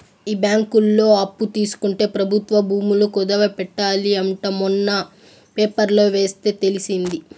ఈ బ్యాంకులో అప్పు తీసుకుంటే ప్రభుత్వ భూములు కుదవ పెట్టాలి అంట మొన్న పేపర్లో ఎస్తే తెలిసింది